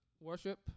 worship